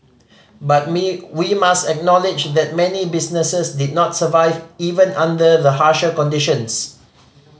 but me we must acknowledge that many businesses did survive even under the harsher conditions